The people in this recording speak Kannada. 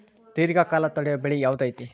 ದೇರ್ಘಕಾಲ ತಡಿಯೋ ಬೆಳೆ ಯಾವ್ದು ಐತಿ?